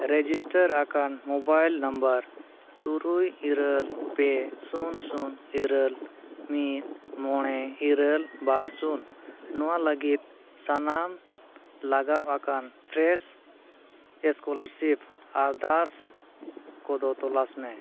register ᱟᱠᱟᱱ mobile number ᱛᱩᱨᱩᱭ ᱤᱨᱟᱹᱞ ᱯᱮ ᱥᱩᱱ ᱥᱩᱱ ᱤᱨᱟᱹᱞ ᱢᱤᱫ ᱢᱚᱬᱮ ᱤᱨᱟᱹᱞ ᱵᱟᱨ ᱥᱩᱱ ᱱᱚᱣᱟ ᱞᱟᱹᱜᱤᱫ ᱥᱟᱱᱟᱢ ᱞᱟᱜᱟᱣ ᱟᱠᱟᱱ ᱯᱷᱨᱮᱥ ᱥᱠᱚᱞᱟᱨᱥᱤᱯ ᱟᱨᱫᱟᱥ ᱠᱚᱫᱚ ᱛᱚᱞᱟᱥ ᱢᱮ